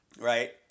right